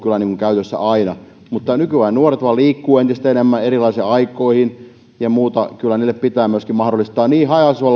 käytössä aina mutta nykyajan nuoret vain liikkuvat entistä enemmän erilaisiin aikoihin ja muuta kyllä heille pitää myöskin mahdollistaa niin haja asutusalueella kuin